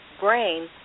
brain